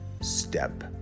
step